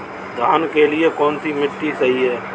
धान के लिए कौन सी मिट्टी सही है?